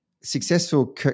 Successful